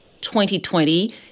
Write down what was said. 2020